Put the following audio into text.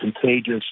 contagious